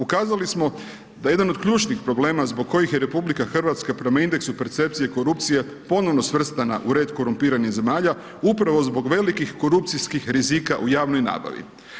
Ukazali smo da jedan od ključnih problema zbog kojih je RH prema indeksu percepcije korupcije ponovno svrstana u red korumpiranih zemalja, upravo zbog velikih korupcijskih rizika u javnoj nabavi.